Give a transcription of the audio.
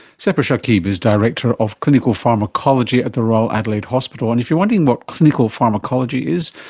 sepehr shakib's director of clinical pharmacology at the royal adelaide hospital. and if you're wondering what clinical pharmacology is,